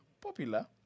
Popular